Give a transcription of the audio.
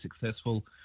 successful